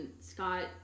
Scott